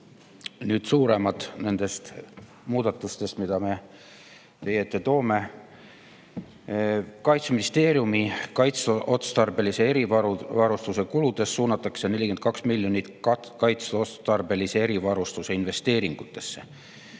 Nüüd suurematest muudatustest, mille me teie ette toome. Kaitseministeeriumi kaitseotstarbelise erivarustuse kuludest suunatakse 42 miljonit eurot kaitseotstarbelise erivarustuse investeeringutesse.